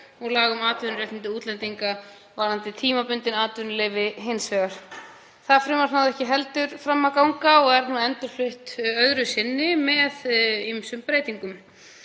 og laga um atvinnuréttindi útlendinga varðandi tímabundið atvinnuleyfi hins vegar. Það frumvarp náði ekki heldur fram að ganga og er nú endurflutt öðru sinni með ýmsum breytingum.